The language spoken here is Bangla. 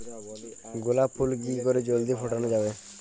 গোলাপ ফুল কি করে জলদি ফোটানো যাবে?